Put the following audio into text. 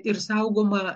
ir saugoma